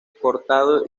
cortado